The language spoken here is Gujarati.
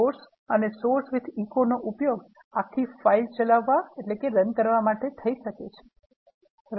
Source and Source with echo ઉપયોગ આખી ફાઇલ ચલાવવા માટે થઈ શકે છે